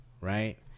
Right